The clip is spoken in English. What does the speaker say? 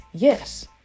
Yes